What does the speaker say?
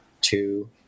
two